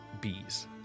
bees